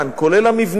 כולל המבנים,